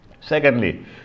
Secondly